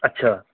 اچھا